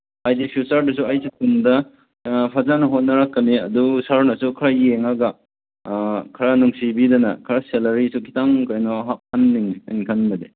ꯍꯥꯏꯗꯤ ꯐ꯭ꯌꯨꯆꯔꯗꯁꯨ ꯑꯩꯁꯤ ꯇꯨꯡꯗ ꯐꯖꯅ ꯍꯣꯠꯅꯔꯛꯀꯅꯤ ꯑꯗꯨ ꯁꯥꯔꯅꯁꯨ ꯈꯔ ꯌꯦꯡꯉꯒ ꯈꯔ ꯅꯨꯡꯁꯤꯕꯤꯗꯅ ꯈꯔ ꯁꯦꯂꯔꯤꯁꯨ ꯈꯤꯇꯪ ꯀꯩꯅꯣ ꯍꯥꯞꯐꯟꯅꯤꯡꯉꯦ ꯑꯩꯅ ꯈꯟꯕꯗꯤ